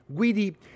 Guidi